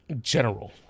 general